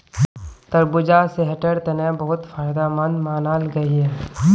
तरबूजा सेहटेर तने बहुत फायदमंद मानाल गहिये